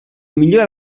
miglior